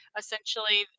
essentially